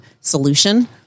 solution